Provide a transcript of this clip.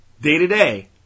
day-to-day